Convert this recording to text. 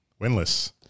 Winless